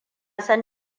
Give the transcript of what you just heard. san